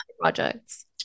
projects